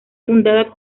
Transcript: fundada